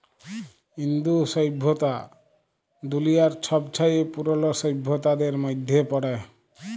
ইন্দু সইভ্যতা দুলিয়ার ছবচাঁয়ে পুরল সইভ্যতাদের মইধ্যে পড়ে